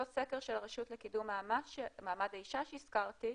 אותו סקר של הרשות לקידום מעמד האישה שהזכרתי